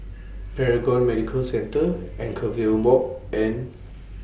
Paragon Medical Centre Anchorvale Walk and